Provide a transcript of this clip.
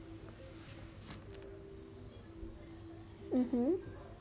mmhmm